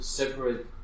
separate